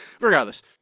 Regardless